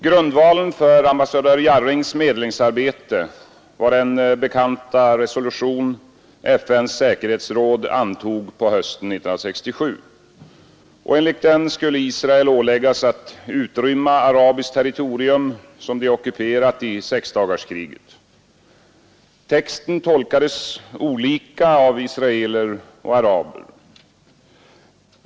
Grundvalen för ambassadör Jarrings medlingsarbete var den bekanta resolution FN:s säkerhetsråd antog på hösten 1967, enligt vilken Israel ålades att utrymma arabiskt territorium som det ockuperat i sexdagarskriget. Texten tolkades olika av israeler och araber.